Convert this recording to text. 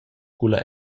culla